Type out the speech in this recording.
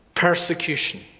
Persecution